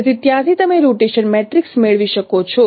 તેથી ત્યાંથી તમે રોટેશન મેટ્રિક્સ મેળવી શકો છો